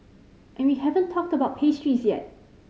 and we haven't talked about pastries yet